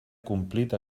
complit